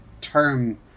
term